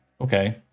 okay